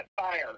fire